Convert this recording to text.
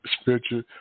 Spiritual